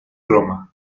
roma